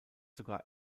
sogar